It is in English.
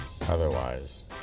Otherwise